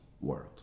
world